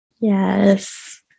Yes